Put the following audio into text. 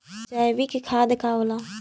जैवीक खाद का होला?